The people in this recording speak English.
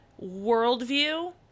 worldview